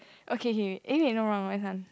okay K wait eh wait no wrong my turn